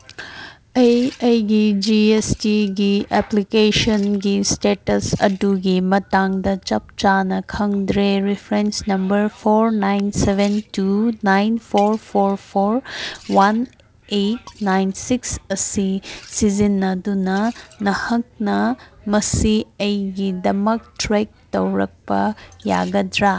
ꯑꯩ ꯑꯩꯒꯤ G S ꯇꯤꯒꯤ ꯑꯦꯄ꯭ꯂꯤꯀꯦꯁꯟꯒꯤ ꯏꯁꯇꯦꯇꯁ ꯑꯗꯨꯒꯤ ꯃꯇꯥꯡꯗ ꯆꯞ ꯆꯥꯅ ꯈꯪꯗ꯭ꯔꯦ reference number four nine seven two nine four four four one eight nine six ꯑꯁꯤ ꯁꯤꯖꯤꯟꯅꯗꯨꯅ ꯅꯍꯥꯛꯅ ꯃꯁꯤ ꯑꯩꯒꯤꯗꯃꯛ ꯇ꯭ꯔꯦꯛ ꯇꯧꯔꯛꯄ ꯌꯥꯒꯗ꯭ꯔ